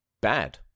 bad